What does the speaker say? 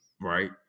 Right